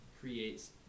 creates